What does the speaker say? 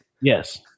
Yes